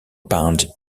pond